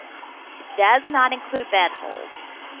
does not include bed holds.